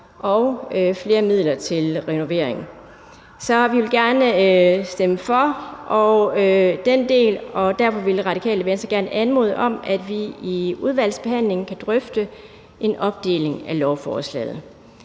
og flere midler til renovering. Så vi vil gerne stemme for de dele, og derfor vil Det Radikale Venstre anmode om, at vi i udvalgsbehandlingen kan drøfte en opdeling af lovforslaget.